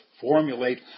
formulate